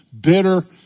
bitter